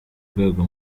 rwego